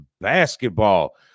Basketball